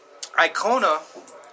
Icona